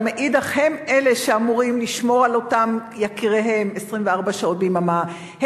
אלא הן אלה שאמורות לשמור על יקיריהן 24 שעות ביממה,